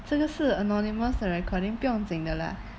这个是 anonymous 的 recording 不用紧的拉